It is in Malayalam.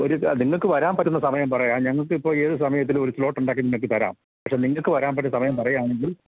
ഒരു നിങ്ങള്ക്കു വരാൻ പറ്റുന്ന സമം പറയാം ഞങ്ങള്ക്കിപ്പോള് ഏത് സമയത്തിലും ഒരു സ്ലോട്ട് ഉണ്ടാക്കി നിങ്ങള്ക്കു തരാം പക്ഷെ നിങ്ങള്ക്കു വരാൻ പറ്റുന്ന സമയം പറയുകയാണെങ്കിൽ